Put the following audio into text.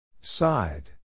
Side